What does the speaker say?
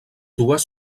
dues